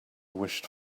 wished